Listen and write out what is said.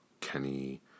Kenny